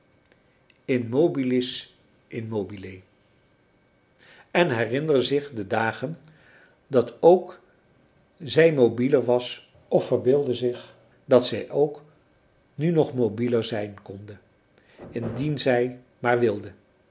inmobilis in mobili en herinnerde zich de dagen dat ook zij mobieler was of verbeeldde zich dat zij ook nu nog mobieler zijn konde indien zij maar wilde